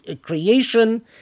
creation